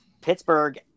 Pittsburgh